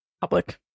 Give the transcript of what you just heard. public